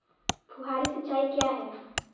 फुहारी सिंचाई क्या है?